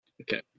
Okay